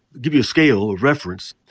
give you a scale of reference.